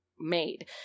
made